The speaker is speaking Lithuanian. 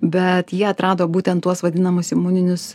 bet jie atrado būtent tuos vadinamus imuninius